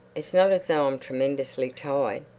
it's not as though i'm tremendously tied.